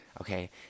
okay